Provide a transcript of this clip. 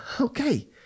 okay